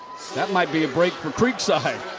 that might be a break for creekside.